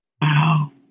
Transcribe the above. Wow